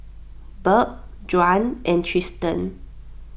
Burk Juan and Tristen